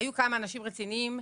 היו כמה אנשים רציניים,